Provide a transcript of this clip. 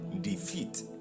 defeat